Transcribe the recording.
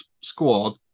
squad